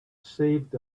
saved